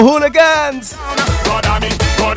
hooligans